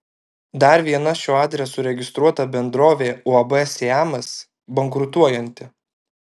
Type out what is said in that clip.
dar viena šiuo adresu registruota bendrovė uab siamas bankrutuojanti